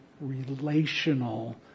relational